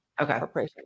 Okay